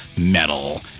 Metal